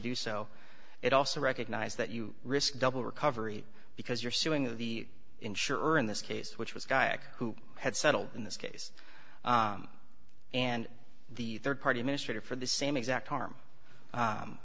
do so it also recognise that you risk double recovery because you're suing the insurer in this case which was a guy who had settled in this case and the third party administrator for the same exact harm